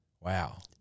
Wow